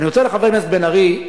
אני רוצה לחבר הכנסת בן-ארי,